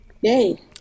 Yay